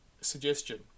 suggestion